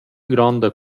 gronda